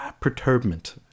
perturbment